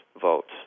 votes